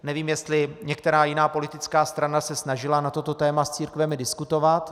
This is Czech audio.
Nevím, jestli některá jiná politická strana se snažila na toto téma s církvemi diskutovat.